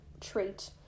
trait